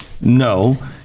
no